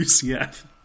UCF